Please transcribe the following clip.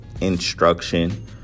instruction